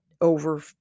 over